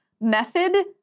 method